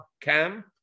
camp